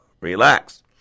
Relax